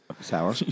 Sour